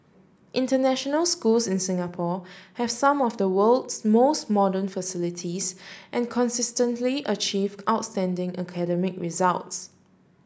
international schools in Singapore have some of the world's most modern facilities and consistently achieve outstanding academic results